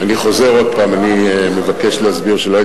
חבר הכנסת זאב, אני שומע גם מה אני